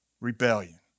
rebellion